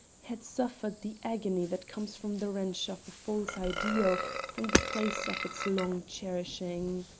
had suffered the agony that comes from the wrench of a false ideal from the place of its long cherishing.